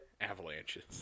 avalanches